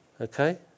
Okay